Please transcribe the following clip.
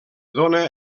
dóna